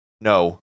no